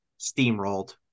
steamrolled